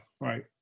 right